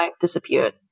disappeared